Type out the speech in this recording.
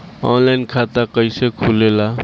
Online खाता कइसे खुलेला?